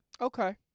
Okay